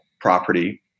property